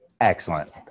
Excellent